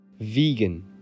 Vegan